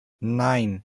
nein